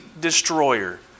destroyer